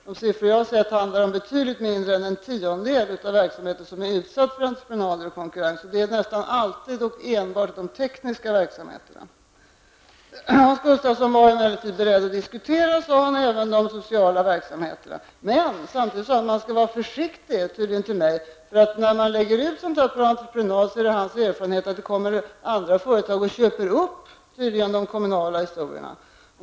De siffror som jag har sett visar att det är betydligt mindre än en tiondel av verksamheten som är utsatt för entreprenad och konkurrens. Det är nästan alltid och enbart de tekniska verksamheterna. Hans Gustafsson var emellertid beredd att diskutera, sade han, även de sociala verksamheterna. Men samtidigt sade han, tydligen till mig, att man skall vara försiktig, för hans erfarenhet är att när man lägger ut sådan verksamhet på entreprenad, kommer andra företag och köper upp de kommunala historierna.